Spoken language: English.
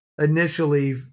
initially